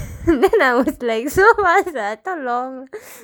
then I was like fast ah I thought long